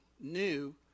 new